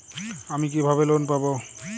আমি কিভাবে লোন পাব?